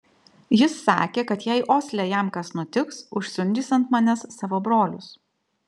jis sakė kad jei osle jam kas nutiks užsiundys ant manęs savo brolius